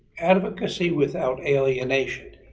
advocacy without alienation.